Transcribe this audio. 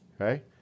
okay